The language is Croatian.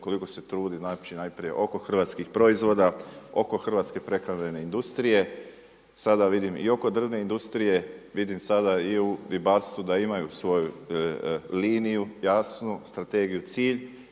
koliko se trudi. Znači najprije oko hrvatskih proizvoda, oko hrvatske prehrambene industrije. Sada vidim i oko drvne industrije, vidim sada i u ribarstvu da imaju svoju liniju jasnu strategiju, cilj